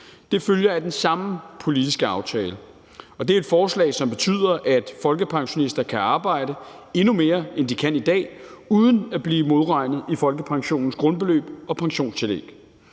Det følger af den samme politiske aftale. Det er et forslag, som betyder, at folkepensionister kan arbejde endnu mere, end de kan i dag, uden at blive modregnet i folkepensionens grundbeløb og pensionstillæg.